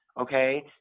okay